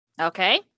Okay